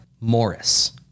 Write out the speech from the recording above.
Morris